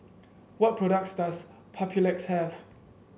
what products does Papulex have